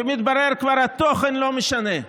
כי מתברר שהתוכן כבר לא משנה,